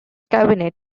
cabinet